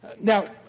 Now